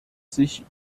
sich